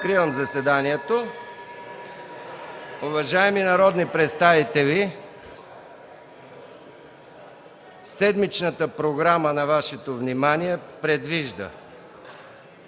Откривам заседанието. Уважаеми народни представители, седмичната Програма на Вашето внимание предвижда: